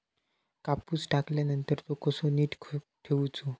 कापूस काढल्यानंतर तो कसो नीट ठेवूचो?